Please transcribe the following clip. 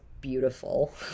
beautiful